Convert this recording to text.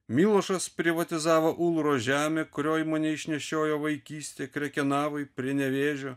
milošas privatizavo ulros žemę kurioj mane išnešiojo vaikystė krekenavoj prie nevėžio